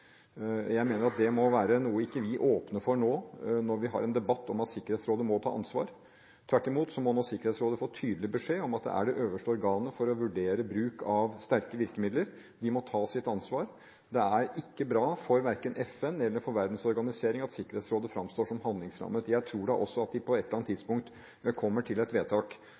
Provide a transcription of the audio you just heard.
Jeg mener at det ikke må være noe vi åpner for nå når vi har en debatt om at Sikkerhetsrådet må ta ansvar. Tvert imot må Sikkerhetsrådet nå få tydelig beskjed om at det er det øverste organet til å vurdere bruk av sterke virkemidler. De må ta sitt ansvar. Det er ikke bra verken for FN eller for verdens organisering at Sikkerhetsrådet fremstår som handlingslammet. Jeg tror da også at de på et eller annet tidspunkt kommer til et vedtak.